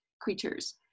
creatures